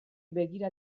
begira